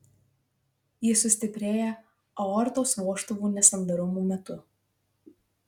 ji sustiprėja aortos vožtuvų nesandarumo metu